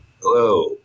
Hello